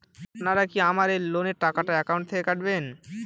আপনারা কি আমার এই লোনের টাকাটা একাউন্ট থেকে কাটবেন?